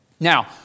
Now